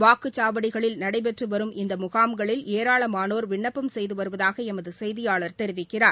வாக்குச்சாவடிகளில் நடைபெற்றுவரும் இந்த முகாம்களில் ஏராளமானோர் விண்ணப்பம் செய்து வருவதாக எமது செய்தியாளர் தெரிவிக்கிறார்